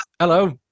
Hello